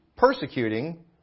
persecuting